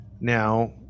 Now